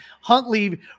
Huntley